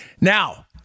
Now